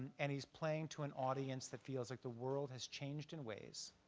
and he's playing to an audience that feels like the world has changed in ways